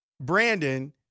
Brandon